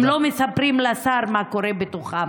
הם לא מספרים לשר מה קורה בתוכם.